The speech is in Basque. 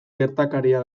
gertakaria